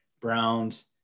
Browns